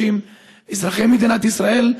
אזרחי מדינת ישראל,